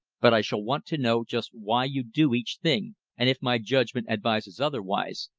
but i shall want to know just why you do each thing, and if my judgment advises otherwise,